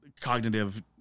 cognitive